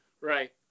Right